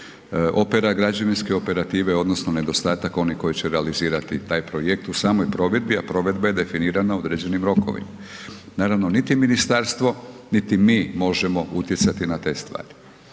opera, građevinske operative odnosno nedostatak onih koji će realizirati taj projekt u samom provedbi a provedba je definirana određenim rokovima. Naravno, niti ministarstvo niti mi možemo utjecati na te stvari